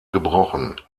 gebrochen